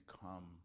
come